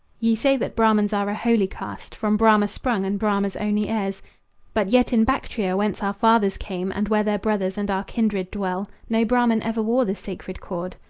ye say that brahmans are a holy caste, from brahma sprung and brahma's only heirs but yet in bactria, whence our fathers came, and where their brothers and our kindred dwell, no brahman ever wore the sacred cord.